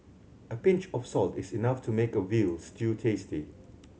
a pinch of salt is enough to make a veal stew tasty